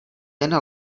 jen